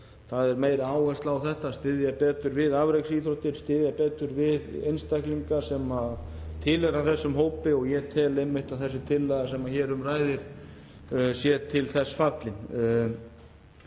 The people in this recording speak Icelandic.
það er meiri áhersla á að styðja betur við afreksíþróttir, styðja betur við einstaklinga sem tilheyra þessum hópi og ég tel einmitt að þessi tillaga sem hér um ræðir sé til þess fallin